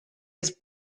his